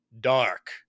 dark